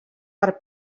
per